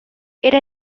era